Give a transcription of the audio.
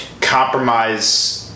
compromise